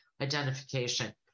identification